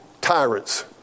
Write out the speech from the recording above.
tyrants